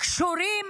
קשורים